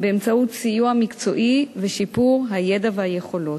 באמצעות סיוע מקצועי ושיפור הידע והיכולות.